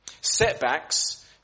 Setbacks